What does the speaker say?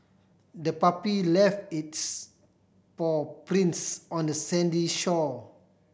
the puppy left its paw prints on the sandy shore